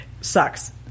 sucks